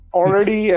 already